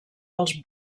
dels